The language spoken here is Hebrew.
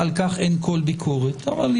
מכובדיי בוקר טוב לכולם,